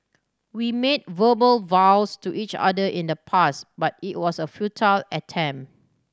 we made verbal vows to each other in the past but it was a futile